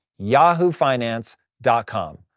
yahoofinance.com